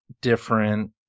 different